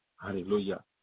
Hallelujah